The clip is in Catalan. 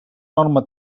norma